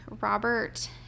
Robert